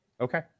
Okay